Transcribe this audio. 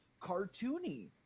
cartoony